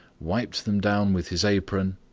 wiped them down with his apron,